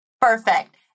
Perfect